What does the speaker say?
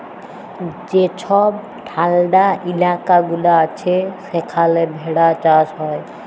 যে ছব ঠাল্ডা ইলাকা গুলা আছে সেখালে ভেড়া চাষ হ্যয়